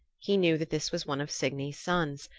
he knew that this was one of signy's sons,